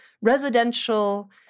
residential